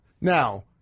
Now